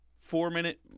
four-minute